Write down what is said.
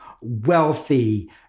wealthy